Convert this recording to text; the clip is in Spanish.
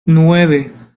nueve